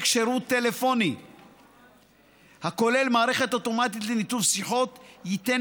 שירות טלפוני הכולל מערכת אוטומטית לניתוב שיחות ייתן